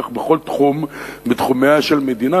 כך בכל תחום מתחומיה של מדינה,